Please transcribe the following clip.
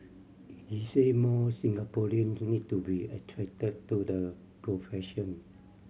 he said more Singaporeans need to be attracted to the profession